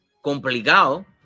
complicado